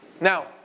Now